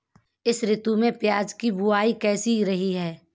इस ऋतु में प्याज की बुआई कैसी रही है?